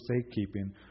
safekeeping